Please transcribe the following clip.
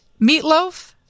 Meatloaf